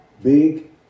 big